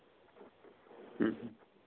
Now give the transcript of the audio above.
ᱦᱮᱸ